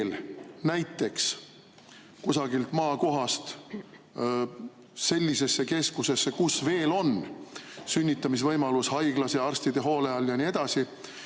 näiteks kusagilt maakohast sellisesse keskusesse, kus veel on sünnitamisvõimalus haiglas, arstide hoole all ja nii edasi,